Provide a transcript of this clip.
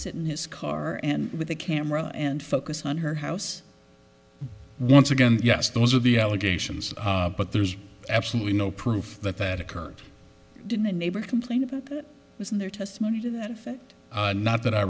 sit in his car and with a camera and focus on her house once again yes those are the allegations but there's absolutely no proof that that occurred did the neighbors complain about this in their testimony to that effect not that i